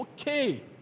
okay